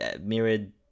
mirrored